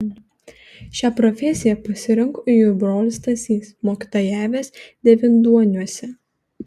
šią profesiją pasirinko ir jų brolis stasys mokytojavęs devynduoniuose